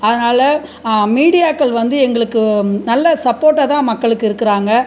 அதனால் மீடியாக்கள் வந்து எங்களுக்கு நல்ல சப்போட்டாக தான் மக்களுக்கு இருக்கிறாங்க